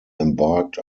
embarked